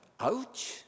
Ouch